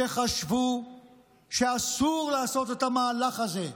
שחשבו שאסור לעשות את המהלך הזה,